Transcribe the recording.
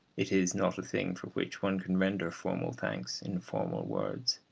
it is not a thing for which one can render formal thanks in formal words.